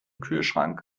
kühlschrank